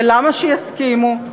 ולמה שיסכימו?